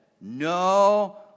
no